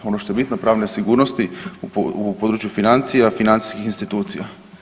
Ono što je bitno, pravne sigurnosti u području financija, financijskih institucija.